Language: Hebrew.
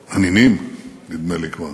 הנינים, נדמה לי כבר,